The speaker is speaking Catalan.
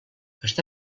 està